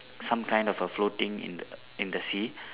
some kind of a floating in the in the sea